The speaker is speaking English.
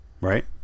right